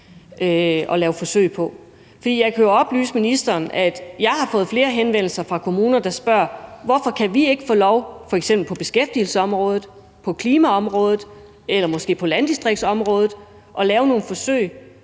at lave forsøg. For jeg kan jo oplyse ministeren om, at jeg har fået flere henvendelser fra kommuner, der spørger: Hvorfor kan vi ikke få lov til at lave nogle forsøg på f.eks. beskæftigelsesområdet, på klimaområdet eller måske på landdistriktsområdet? Og der må jeg jo så